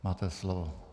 Máte slovo.